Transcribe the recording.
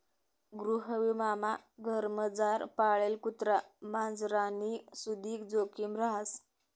गृहविमामा घरमझार पाळेल कुत्रा मांजरनी सुदीक जोखिम रहास